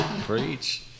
Preach